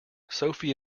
sophie